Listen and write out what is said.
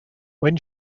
when